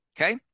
Okay